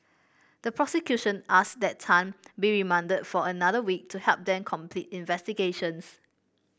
the prosecution asked that Tan be remanded for another week to help them complete investigations